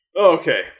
Okay